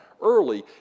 early